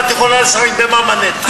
ואת יכולה לשחק ב"מאמאנט".